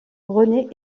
rené